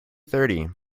thirty